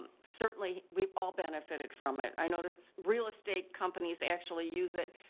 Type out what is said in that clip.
certainly we've all benefited from it. i noticed real estate companies actually use it,